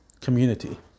community